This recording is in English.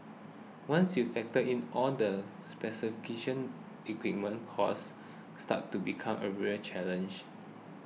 once you factor in all the specific kitchen equipment cost starts to become a real challenge